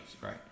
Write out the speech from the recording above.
right